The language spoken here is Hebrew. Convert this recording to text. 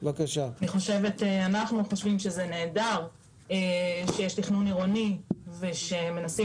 אנחנו חושבים שזה נהדר שיש תכנון עירוני ושמנסים